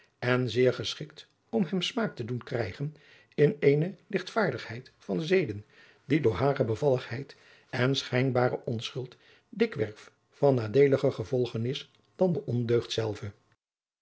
en zeer geschikt om hem smaak te doen krijgen in eene ligtvaardigheid van zeden die door hare bevalligheid en schijnbare onschuld dikwerf van nadeeliger gevolgen is adriaan loosjes pzn het leven van maurits lijnslager dan de ondeugd zelve